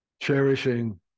Cherishing